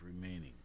remaining